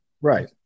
Right